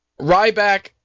Ryback